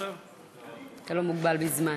אתה לא מוגבל בזמן.